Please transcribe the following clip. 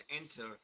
enter